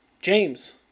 James